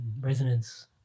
Resonance